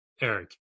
Eric